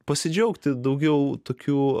pasidžiaugti daugiau tokių